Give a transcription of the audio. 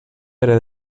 pere